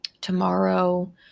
tomorrow